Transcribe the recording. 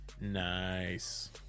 nice